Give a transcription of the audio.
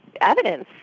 evidence